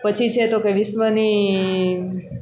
પછી છે તો કે વિશ્વની